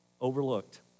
overlooked